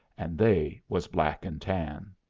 and they was black-and-tan.